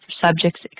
subjects